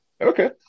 okay